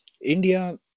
India